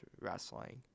wrestling